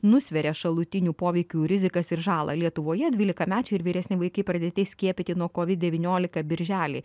nusveria šalutinių poveikių rizikas ir žalą lietuvoje dvylikamečiai ir vyresni vaikai pradėti skiepyti nuo kovid devyniolika birželį